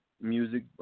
music